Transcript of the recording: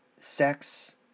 sex